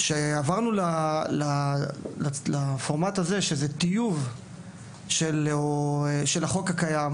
כשעברנו לפורמט הזה, שהוא טיוב של החוק הקיים